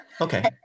Okay